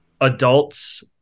adults